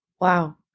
Wow